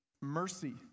mercy